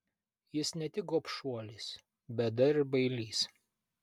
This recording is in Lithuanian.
jis ne tik gobšuolis bet dar ir bailys